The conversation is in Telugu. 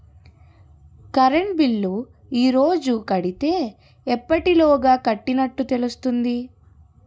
కరెంట్ బిల్లు ఈ రోజు కడితే ఎప్పటిలోగా కట్టినట్టు తెలుస్తుంది?